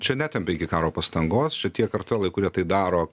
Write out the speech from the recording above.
čia netempia iki karo pastangos čia tie kvartalai kurie tai daro